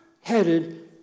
headed